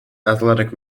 athletic